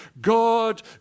God